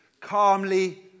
calmly